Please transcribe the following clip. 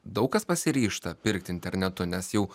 daug kas pasiryžta pirkt internetu nes jau